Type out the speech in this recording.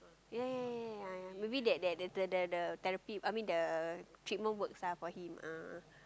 ya ya ya ya ya ya maybe that that that the that therapy I mean that treatment works ah for him ah